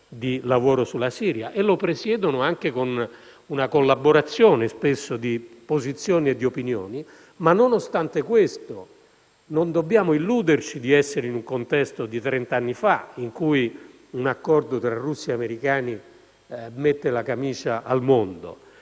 di lavoro sulla Siria, spesso con una collaborazione di posizioni e di opinioni. Ma, nonostante questo, non dobbiamo illuderci di essere nel contesto di trent'anni fa, in cui un accordo tra russi e americani metteva la camicia al mondo,